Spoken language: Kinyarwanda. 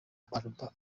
alba